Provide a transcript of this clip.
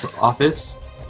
office